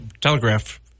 telegraph